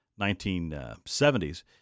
1970s